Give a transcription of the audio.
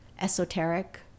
esoteric